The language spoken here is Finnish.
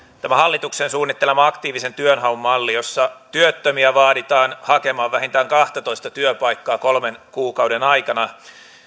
tämä hallituksen suunnittelema aktiivisen työnhaun malli jossa työttömiä vaaditaan hakemaan vähintään kahtatoista työpaikkaa kolmen kuukauden aikana